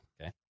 Okay